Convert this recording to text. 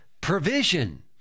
Provision